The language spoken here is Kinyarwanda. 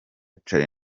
charly